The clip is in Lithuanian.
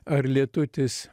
ar lietutis